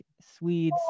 Swedes